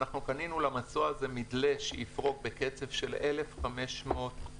אנחנו קנינו למסוע הזה מִדְלֶה שיפרוק בקצב של 1,500 טון לשעה.